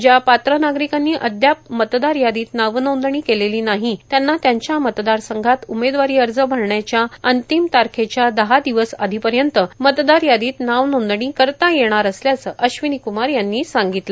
ज्या पात्र नागरिकांनी अदयाप मतदार यादीत नाव नोंदणी केलेली नाही त्यांना त्यांच्या मतदार संघात उमेदवारी अर्ज भरण्याच्या अंतिम तारखेच्या दहा दिवस आधीपर्यंत मतदार यादीत नाव नोंदणी करता येणार असल्याचं अश्वनी क्मार यांनी सांगितलं